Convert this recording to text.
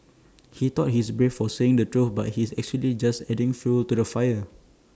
he thought he's brave for saying the truth but he's actually just adding fuel to the fire